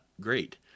great